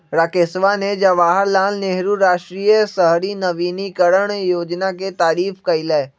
राकेशवा ने जवाहर लाल नेहरू राष्ट्रीय शहरी नवीकरण योजना के तारीफ कईलय